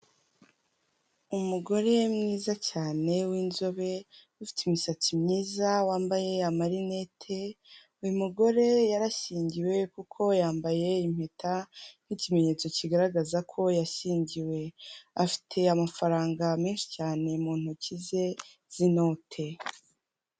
Umugore mwiza cyane w'inzobe ufite imisatsi myiza, wambaye amarinete, uyu mugore yarashyingiwe kuko yambaye impeta nk'ikimenyetso kigaragaza ko yashyingiwe, afite amafaranga menshi cyane mu ntoki ze z'inote.